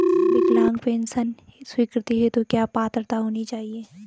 विकलांग पेंशन स्वीकृति हेतु क्या पात्रता होनी चाहिये?